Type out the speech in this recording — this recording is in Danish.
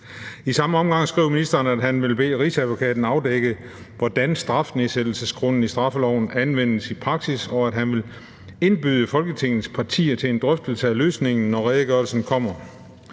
I samme omgang skrev ministeren, at han ville bede Rigsadvokaten afdække, hvordan strafnedsættelsegrunden i straffeloven anvendes i praksis, og at han ville indbyde Folketingets partier til en drøftelse af løsningen, når redegørelsen kommer.